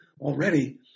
already